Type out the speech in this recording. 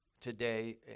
today